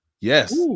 yes